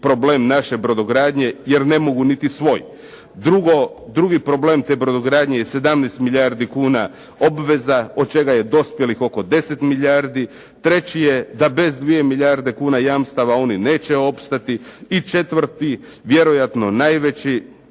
problem naše brodogradnje jer ne mogu niti svoj. Drugi problem te brodogradnje je 17 milijuna kuna obveza od čega je dospjelih oko 10 milijardi. Treći je da bez 2 milijarde kuna jamstava oni neće opstati. I četvrti, vjerojatno najveći,